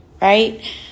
right